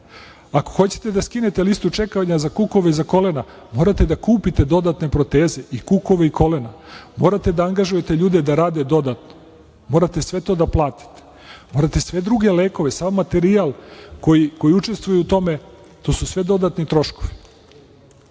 hoćete da skinete listu čekanja za kukove i za kolena morate da kupite dodatne proteze, i kukove i kolena, morate da angažujete ljude da rade dodatno, morate sve to da platite, morate sve druge lekove, sav materijal koji učestvuje u tome, to su sve dodatni troškovi. Takođe,